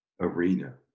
arena